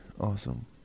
Awesome